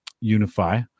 Unify